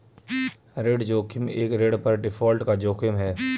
ऋण जोखिम एक ऋण पर डिफ़ॉल्ट का जोखिम है